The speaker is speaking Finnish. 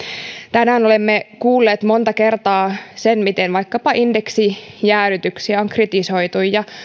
tänään olemme kuulleet monta kertaa sen miten vaikkapa indeksijäädytyksiä on kritisoitu ja